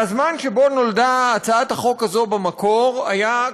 והזמן שבו נולדה הצעת החוק הזאת במקור היה,